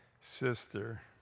sister